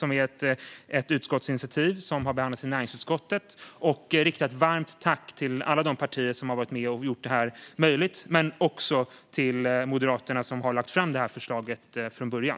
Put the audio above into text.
Det är ett utskottsinitiativ som har behandlats i näringsutskottet. Jag riktar ett varmt tack till alla de partier som har gjort detta möjligt och till Moderaterna, som har lagt fram förslaget från början.